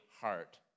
heart